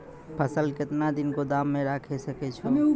फसल केतना दिन गोदाम मे राखै सकै छौ?